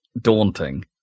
daunting